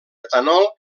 etanol